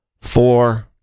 Four